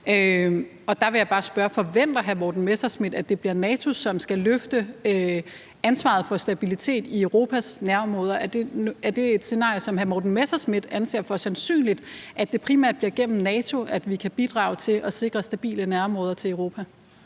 Der vil jeg bare spørge: Forventer hr. Morten Messerschmidt, at det bliver NATO, som skal løfte ansvaret for stabilitet i Europas nærområder? Er det et scenarie, som hr. Morten Messerschmidt anser for sandsynligt, altså at det primært bliver gennem NATO, at vi kan bidrage til at sikre stabile nærområder til Europa?